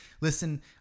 Listen